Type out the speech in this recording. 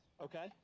Okay